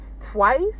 twice